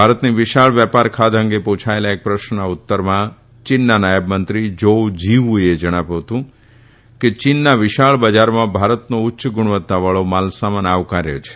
ભારતની વિશાળ વેપાર ખાદ્ય અંગે પુછાયેલા એક પ્રશ્નના ઉત્તરમાં ચીનના નાયબ મંત્રી ઝોઉ ઝફીવુચે જણાવ્યું હતું કે ચીનના વિશાળ બજારમાં ભારતનો ઉચ્ચ ગુણવત્તાવાળો માલ સામાન આવકાર્ય છે